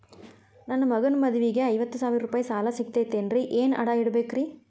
ನನ್ನ ಮಗನ ಮದುವಿಗೆ ಐವತ್ತು ಸಾವಿರ ರೂಪಾಯಿ ಸಾಲ ಸಿಗತೈತೇನ್ರೇ ಏನ್ ಅಡ ಇಡಬೇಕ್ರಿ?